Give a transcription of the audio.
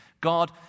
God